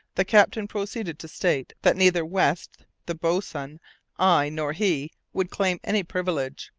the captain proceeded to state that neither west, the boatswain, i, nor he would claim any privilege,